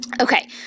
Okay